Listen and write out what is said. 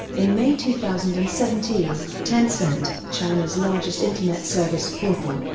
in may two thousand and seventeen, tencent, china's largest internet service portal,